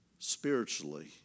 spiritually